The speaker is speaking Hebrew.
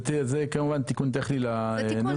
זה כמובן תיקון טכני לנוסח.